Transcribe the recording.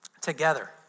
together